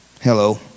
hello